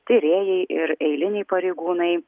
tyrėjai ir eiliniai pareigūnai